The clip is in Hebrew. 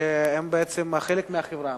שהם בעצם חלק מהחברה?